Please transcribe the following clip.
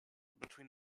between